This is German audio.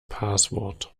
passwort